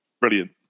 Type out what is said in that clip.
Brilliant